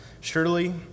Surely